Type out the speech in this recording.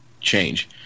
change